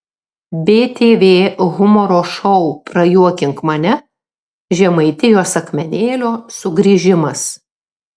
btv humoro šou prajuokink mane žemaitijos akmenėlio sugrįžimas